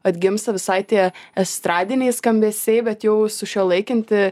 atgimsta visai tie estradiniai skambesiai bet jau sušiuolaikinti